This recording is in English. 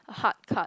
a hard card